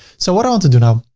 so what i want to do now?